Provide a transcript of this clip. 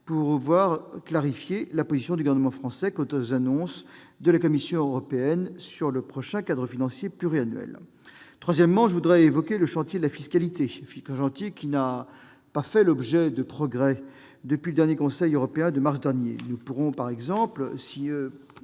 pourriez-vous clarifier la position du gouvernement français quant aux annonces de la Commission européenne sur le prochain cadre financier pluriannuel ? Troisièmement, le chantier de la fiscalité n'a pas fait l'objet de progrès depuis le dernier Conseil européen de mars dernier. Nous pouvons par exemple